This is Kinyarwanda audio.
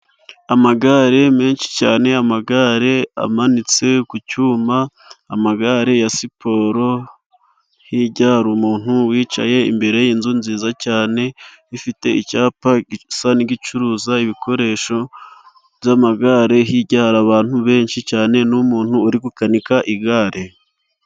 Amagare menshi cyane . Amagare amanitse ku cyuma. amagare ya siporo hirya hari umuntu wicaye imbere nziza cyane ifite icyapa gisa n'igicuruza ibikoresho by'amagare ,hirya abantu benshi cyane n'umuntu uri gukanika igare.